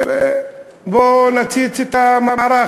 ובואו נתסיס את המערך.